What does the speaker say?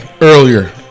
Earlier